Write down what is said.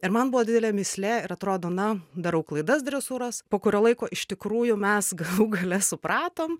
ir man buvo didelė mįslė ir atrodo na darau klaidas dresūros po kurio laiko iš tikrųjų mes galų gale supratom